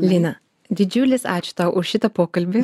lina didžiulis ačiū tau už šitą pokalbį